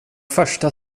första